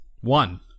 One